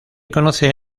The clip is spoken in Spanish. conoce